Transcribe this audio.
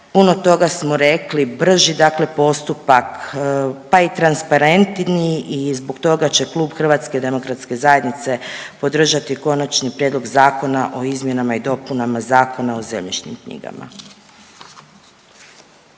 puno toga smo rekli, brži dakle postupak, pa i transparentniji i zbog toga će Klub HDZ-a podržati Konačni prijedlog zakona o izmjenama i dopunama Zakona o zemljišnim knjigama.